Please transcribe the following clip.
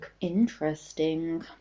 Interesting